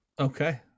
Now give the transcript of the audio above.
Okay